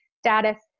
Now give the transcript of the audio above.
status